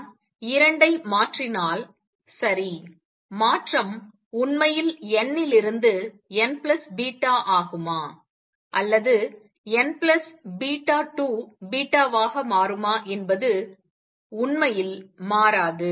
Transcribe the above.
நான் 2 ஐ மாற்றினால் சரி மாற்றம் உண்மையில் n இலிருந்து nβ ஆகுமா அல்லது n பிளஸ் பீட்டா 2 பீட்டாவாக மாறுமா என்பது உண்மையில் மாறாது